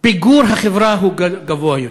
פיגור החברה גבוה יותר,